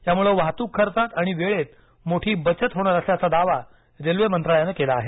यामुळं वाहतूक खर्चात आणि वेळेत मोठी बचत होणार असल्याचा दावा रेल्वे मंत्रालयानं केला आहे